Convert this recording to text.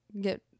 get